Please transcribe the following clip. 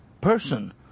person